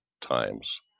times